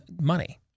money